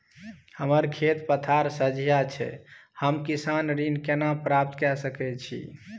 हमर खेत पथार सझिया छै हम किसान ऋण केना प्राप्त के सकै छी?